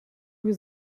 was